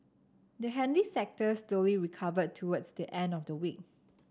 the handy sector slowly recovered towards the end of the week